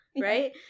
right